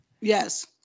Yes